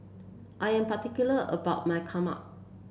I am particular about my Kheema